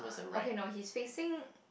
okay no he's facing